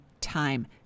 time